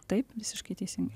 taip visiškai teisingai